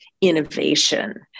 innovation